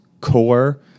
core